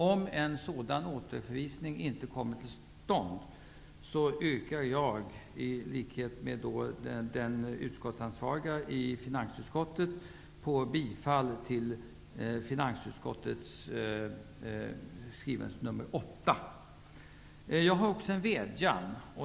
Om en återförvisning inte kommer till stånd, yrkar jag, i likhet med vår representant i finansutskottet, bifall till finansutskottets hemställan i betänkande Jag har också en vädjan.